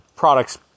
products